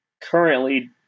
currently